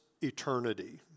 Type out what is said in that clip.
eternity